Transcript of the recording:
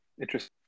interesting